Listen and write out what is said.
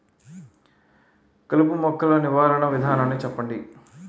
కలుపు మొక్కలు నివారణ విధానాన్ని చెప్పండి?